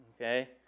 Okay